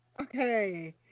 Okay